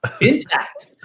intact